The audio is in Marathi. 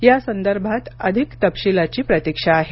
यासंदर्भात अधिक तपशीलाची प्रतीक्षा आहे